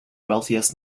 wealthiest